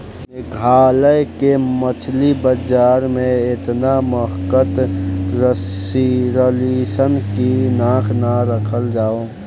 मेघालय के मछली बाजार में एतना महकत रलीसन की नाक ना राखल जाओ